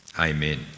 Amen